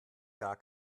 gar